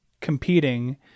competing